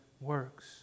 works